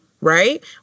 Right